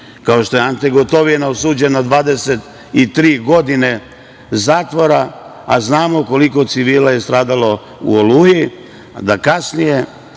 kao što je Ante Gotovina osuđen na 23 godine zatvora, a znamo koliko civila je stradalo u „Oluji“, da kasnije